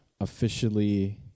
Officially